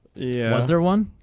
yeah i was there one.